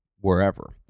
wherever